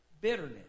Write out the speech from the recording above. bitterness